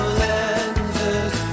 lenses